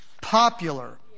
popular